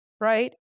right